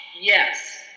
Yes